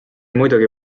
muidugi